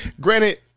granted